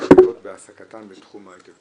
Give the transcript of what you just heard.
בהעסקתן בתחום ההייטק.